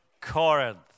Corinth